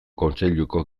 kontseiluko